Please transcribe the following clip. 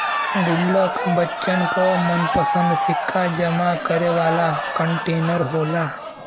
गुल्लक बच्चन क मनपंसद सिक्का जमा करे वाला कंटेनर होला